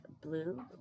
blue